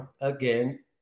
again